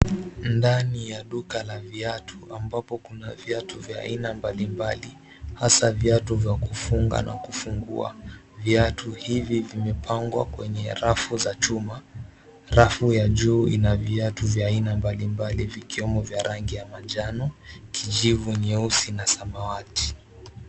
Ndani ya duka la viatu ambapo kuna vya aina mbali mbali hasa viatu vya kufunga na kufungua. Viatu hivi vimepangwa kwenye rafu za chuma. Rafu ya juu ina viatu vya aina mbali mbali vikiwemo vya rangi ya manjano, kijivu, nyeusi na samawati.